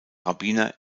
rabbiner